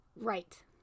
Right